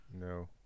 No